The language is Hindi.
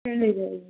मिल जाएगी